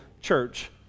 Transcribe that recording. church